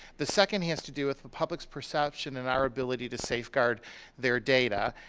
the second has to do with the public's perception and our ability to safeguard their data.